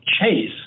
chase